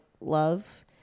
love